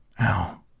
Ow